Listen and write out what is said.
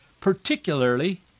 particularly